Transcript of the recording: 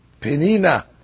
penina